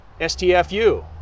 STFU